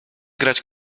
grać